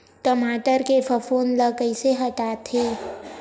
टमाटर के फफूंद ल कइसे हटाथे?